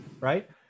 Right